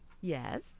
yes